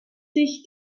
sich